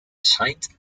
scheint